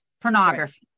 pornography